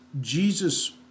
Jesus